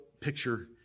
picture